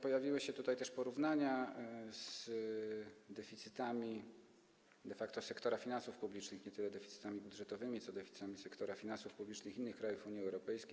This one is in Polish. Pojawiły się porównania z deficytami de facto sektora finansów publicznych - nie tyle deficytami budżetowymi, co deficytami sektora finansów publicznych - innych krajów Unii Europejskiej.